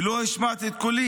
/ ולא השמעתי את קולי,